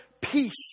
peace